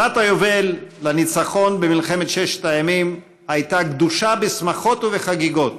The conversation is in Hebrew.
שנת היובל לניצחון במלחמת ששת הימים הייתה גדושה בשמחות ובחגיגות